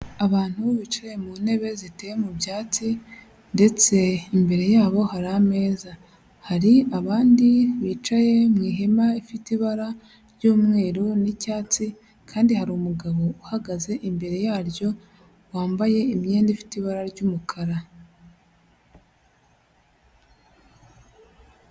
Abantu bicaye mu ntebe ziteye mu byatsi ndetse imbere yabo hari ameza. Hari abandi bicaye mu ihema rifite ibara ry'umweru n'icyatsi kandi hari umugabo uhagaze imbere yaryo, wambaye imyenda ifite ibara ry'umukara.